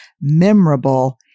memorable